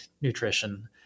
nutrition